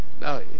Now